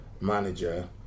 manager